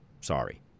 Sorry